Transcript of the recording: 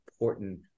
important